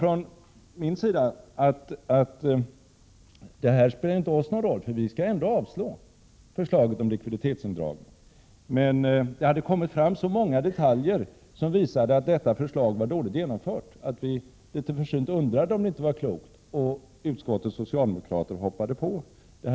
Vi moderater sade att ett sådant förfarande inte var en så stor fråga, eftersom vi ändå tänkte yrka avslag på förslaget om likviditetsindragningar. Emellertid hade det framkommit så många detaljer som visade att förslaget var illa genomtänkt att vi litet försynt undrade om det inte vore klokt att be om lagrådets yttrande. Utskottets socialdemokrater anslöt sig då till vårt förslag.